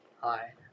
Hi